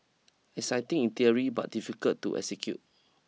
exciting in theory but difficult to execute